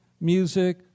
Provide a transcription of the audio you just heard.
music